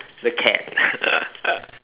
the cat